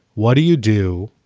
what do you do?